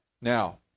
Now